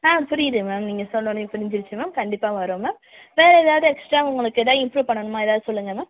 ஆ புரியுது மேம் நீங்கள் சொன்னோனே புரிஞ்சிருச்சு மேம் கண்டிப்பாக வரோம் மேம் வேறு ஏதாவுது எக்ஸ்ட்ரா உங்களுக்கு ஏதா இம்ப்ரூவ் பண்ணணுமா ஏதாவுது சொல்லுங்க மேம்